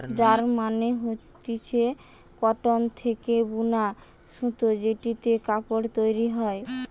yarn মানে হতিছে cotton থেকে বুনা সুতো জেটিতে কাপড় তৈরী হয়